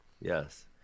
Yes